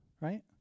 right